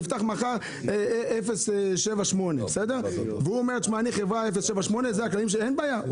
נפתח מחר 078. והוא אומר שהוא חברה 078. הוא